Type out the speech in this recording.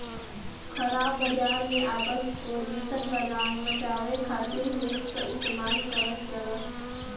ख़राब बाजार में आपन पोजीशन बचावे खातिर हेज क इस्तेमाल करल जाला